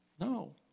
No